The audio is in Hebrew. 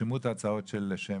שירשמו את הצעותיו של שמש.